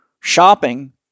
shopping